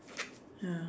ya